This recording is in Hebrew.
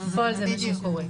בפועל זה מה שקורה.